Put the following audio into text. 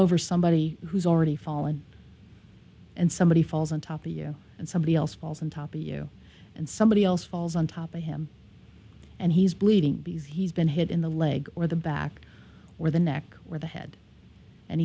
over somebody who's already fallen and somebody falls on top of you and somebody else falls on top you and somebody else falls on top of him and he's bleeding because he's been hit in the leg or the back or the neck where the head and